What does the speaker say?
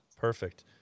perfect